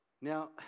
Now